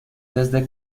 desde